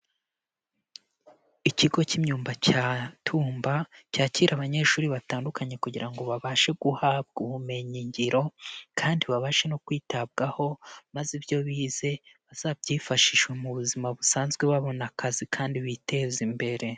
Ikigo cy'imyumba cya Tumba cyakira abanyeshuri batandukanye kugira ngo babashe guhabwa ubumenyi ngiro, kandi babashe no kwitabwaho, maze ibyo bize bazabyifashishe mu buzima busanzwe babona akazi kandi biteze imbere.